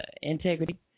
integrity